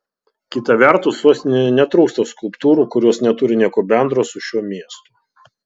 kita vertus sostinėje netrūksta skulptūrų kurios neturi nieko bendro su šiuo miestu